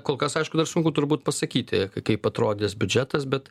kol kas aišku dar sunku turbūt pasakyti kaip atrodys biudžetas bet